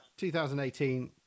2018